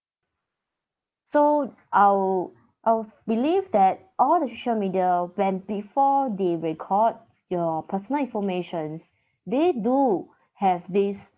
so I will I will believe that all the social media when before they record your personal informations they do have these